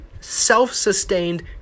self-sustained